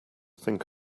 think